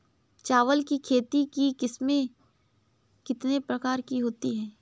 चावल की खेती की किस्में कितने प्रकार की होती हैं?